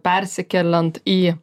persikeliant į